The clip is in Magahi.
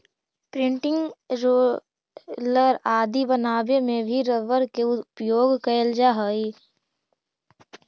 प्रिंटिंग रोलर आदि बनावे में भी रबर के उपयोग कैल जा हइ